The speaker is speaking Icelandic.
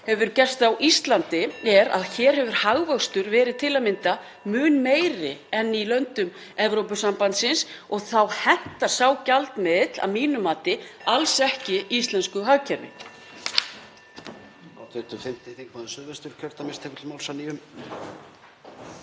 hefur gerst á Íslandi er að hagvöxtur hefur til að mynda verið mun meiri en í löndum Evrópusambandsins og þá hentar sá gjaldmiðill að mínu mati alls ekki íslensku hagkerfi.